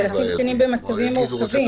זה לשים קטינים במצבים מורכבים.